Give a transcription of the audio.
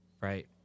right